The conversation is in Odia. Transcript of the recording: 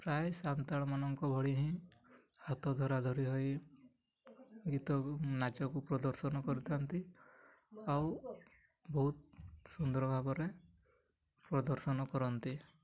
ପ୍ରାୟ ସାନ୍ତାଳ ମାନଙ୍କ ଭଳି ହିଁ ହାତ ଧରା ଧରି ହୋଇ ଗୀତକୁ ନାଚକୁ ପ୍ରଦର୍ଶନ କରିଥାନ୍ତି ଆଉ ବହୁତ ସୁନ୍ଦର ଭାବରେ ପ୍ରଦର୍ଶନ କରନ୍ତି